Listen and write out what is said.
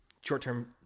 short-term